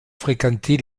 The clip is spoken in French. fréquenter